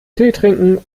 teetrinken